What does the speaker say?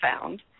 found